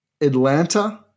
Atlanta